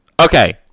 Okay